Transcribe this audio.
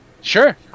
Sure